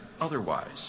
otherwise